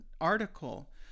article